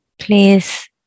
please